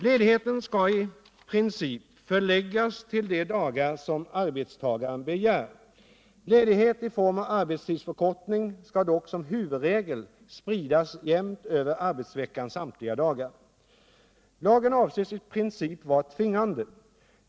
Ledigheten skall i princip förläggas till de dagar som arbetstagaren begär. Ledighet i form av arbetstidsförkortning skall dock som huvudregel spridas jämnt över arbetsveckans samtliga dagar. Lagen avses i princip vara tvingande.